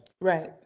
right